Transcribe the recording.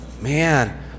Man